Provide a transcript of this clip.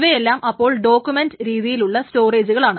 ഇവയെല്ലാം അപ്പോൾ ഡോകുമെന്റ് രീതിയിലുള്ള സ്റ്റോറേജുകളാണ്